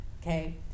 Okay